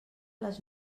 les